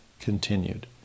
continued